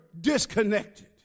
disconnected